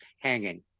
hanging